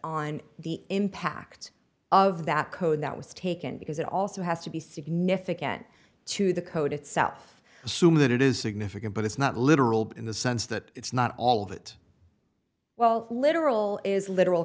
on the impact of that code that was taken because it also has to be significant to the code itself assume that it is significant but it's not literal in the sense that it's not all that well literal is literal